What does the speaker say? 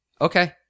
okay